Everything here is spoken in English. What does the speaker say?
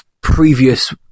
previous